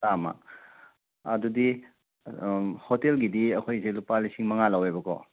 ꯍꯞꯇꯥ ꯑꯃ ꯑꯗꯨꯗꯤ ꯍꯣꯇꯦꯜꯒꯤꯗꯤ ꯑꯩꯈꯣꯏꯁꯦ ꯂꯨꯄꯥ ꯂꯤꯁꯤꯡ ꯃꯉꯥ ꯂꯧꯋꯦꯕꯀꯣ